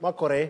מה קורה?